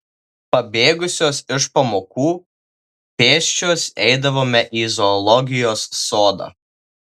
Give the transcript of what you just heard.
pabėgusios iš pamokų pėsčios eidavome į zoologijos sodą